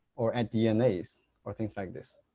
or at dnas or things like this.